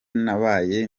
nabaye